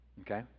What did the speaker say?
Okay